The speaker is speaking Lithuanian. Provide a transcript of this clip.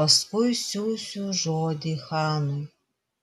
paskui siųsiu žodį chanui